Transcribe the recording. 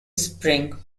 spring